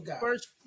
first